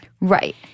Right